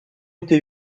été